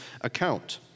account